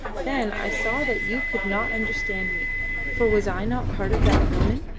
then i saw that you could not understand me for was i not part of that woman?